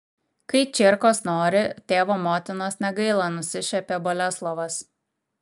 kai čierkos nori tėvo motinos negaila nusišiepė boleslovas